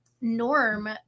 norm